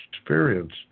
experience